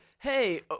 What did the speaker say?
Hey